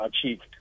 achieved